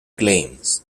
claims